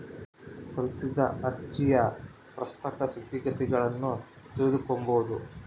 ಸಲ್ಲಿಸಿದ ಅರ್ಜಿಯ ಪ್ರಸಕ್ತ ಸ್ಥಿತಗತಿಗುಳ್ನ ತಿಳಿದುಕೊಂಬದು